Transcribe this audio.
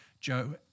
Joe